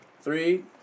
three